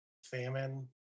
famine